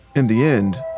in the end,